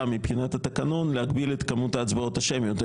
מבחינת התקנון להגביל את כמות ההצבעות השמיות.